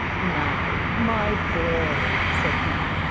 now, my boy, said he,